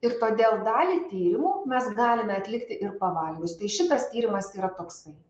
ir todėl dalį tyrimų mes galime atlikti ir pavalgius tai šitas tyrimas yra toksai